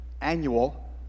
annual